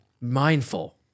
mindful